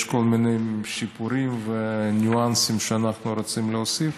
יש כל מיני שיפורים וניואנסים שאנחנו רוצים להוסיף,